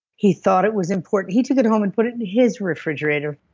he thought it was important. he took it home and put it in his refrigerator.